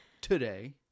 today